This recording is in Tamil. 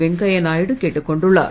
வெங்கைய நாயுடு கேட்டுக்கொண்டுள்ளார்